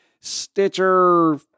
Stitcher